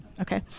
Okay